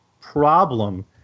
problem